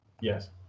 Yes